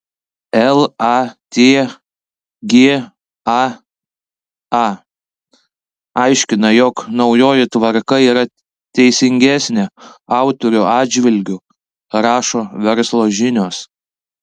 latga a aiškina jog naujoji tvarka yra teisingesnė autorių atžvilgiu rašo verslo žinios